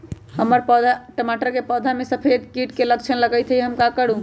हमर टमाटर के पौधा में सफेद सफेद कीट के लक्षण लगई थई हम का करू?